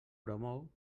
promou